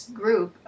group